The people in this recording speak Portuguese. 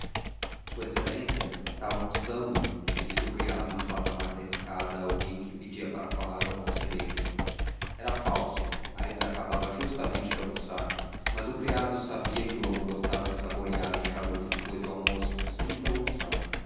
s exa está almoçando dizia o criado no patamar da escada a alguém que pedia para falar ao conselheiro era falso aires acabava justamente de almoçar mas o criado sabia que o amo gostava de saborear o charuto depois do almoço sem interrupção